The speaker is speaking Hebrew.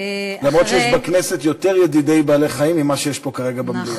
אף-על-פי שיש בכנסת יותר ידידי בעלי-חיים ממה שיש פה כרגע במליאה.